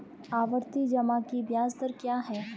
आवर्ती जमा की ब्याज दर क्या है?